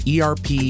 ERP